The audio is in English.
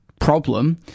problem